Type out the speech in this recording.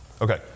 okay